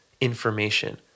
information